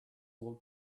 will